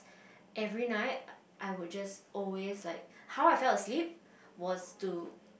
every night I would just always like how I fell asleep was to